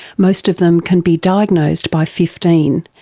most of them can be diagnosed by fifteen,